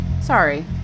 Sorry